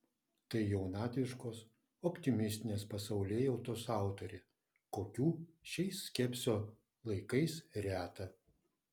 tai jaunatviškos optimistinės pasaulėjautos autorė kokių šiais skepsio laikais reta